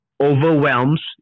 overwhelms